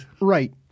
Right